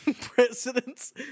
presidents